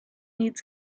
needs